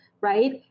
right